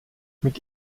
mit